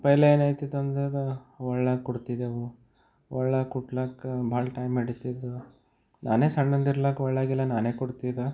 ಪೆಹ್ಲೆ ಏನಾಯ್ತಿತ್ತು ಅಂದ್ರೆ ಒಳ್ಳೆದು ಕೊಡ್ತಿದ್ದೆವು ಒಳ್ಳೆ ಕೂಟ್ಲಾಕ ಭಾಳ ಟೈಮ್ ಹಿಡಿತಿತ್ತು ನಾನೇ ಸಣ್ಣದು ಇರ್ಲಾಕ ಒಳ್ಳೆಗಿಲ್ಲ ನಾನೇ ಕೊಡ್ತಿದ್ದೆ